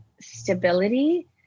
stability